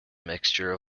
mixture